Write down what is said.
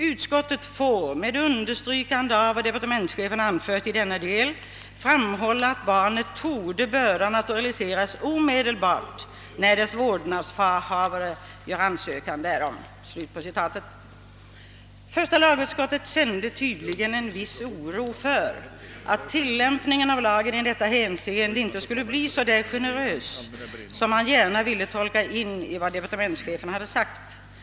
Utskottet får, med understrykande av vad departementschefen anfört i denna del, framhålla, att barnet torde böra naturaliseras omedel bart, när dess vårdnadshavare gör ansökan därom.» Första lagutskottet kände tydligen en viss oro för att tillämpningen av lagen inte skulle bli så generös som man gärna ville tolka in i departementschefens uttalande att den skulle bli.